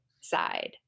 side